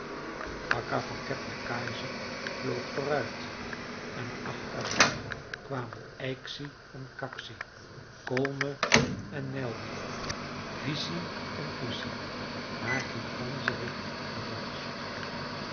akka van kebnekaise vloog vooruit en achter haar kwamen ijksi en kaksi kolme en neljä viisi en kuusi maarten de ganzerik en donsje